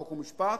חוק ומשפט,